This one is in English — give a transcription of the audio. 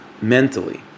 mentally